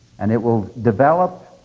and it will develop,